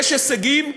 יש הישגים,